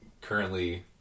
currently